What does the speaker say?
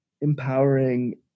empowering